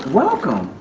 welcome.